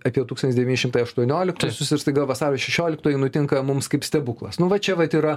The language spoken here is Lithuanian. apie tūkstantis devyni šimtai aštuonioliktuosius ir staiga vasario šešioliktoji nutinka mums kaip stebuklas nu va čia vat yra